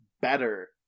better